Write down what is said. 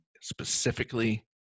specifically